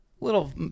little